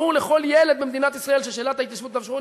ברור לכל ילד במדינת ישראל ששאלת ההתיישבות ביהודה ושומרון